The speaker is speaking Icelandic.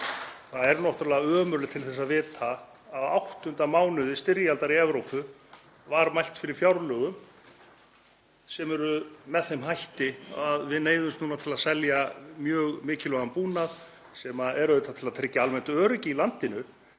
Það er ömurlegt til þess að vita að á áttunda mánuði styrjaldar í Evrópu hafi verið mælt fyrir fjárlögum sem eru með þeim hætti að við neyðumst nú til að selja mjög mikilvægan búnað sem er auðvitað til að tryggja almennt öryggi í landinu